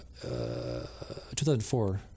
2004